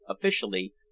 officially